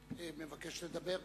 שמבקש לדבר?